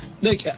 Look